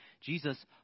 Jesus